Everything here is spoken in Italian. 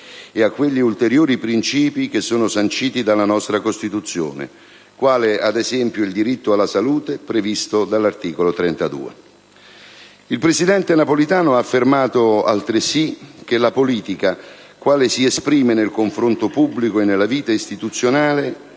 e a quegli ulteriori principi che sono sanciti dalla nostra Costituzione, quale ad esempio il diritto alla salute previsto dall'articolo 32. Il presidente Napolitano ha affermato altresì che «la politica, quale si esprime nel confronto pubblico e nella vita istituzionale,